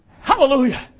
Hallelujah